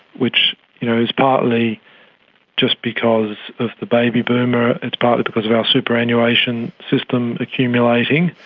which you know is partly just because of the baby boom, ah it's partly because of our superannuation system accumulating,